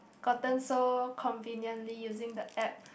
gotten so conveniently using the app